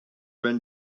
been